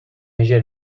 مژر